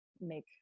make